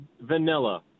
vanilla